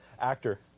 actor